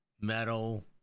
Metal